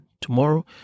tomorrow